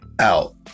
out